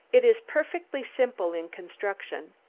it is perfectly simple in construction,